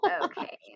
Okay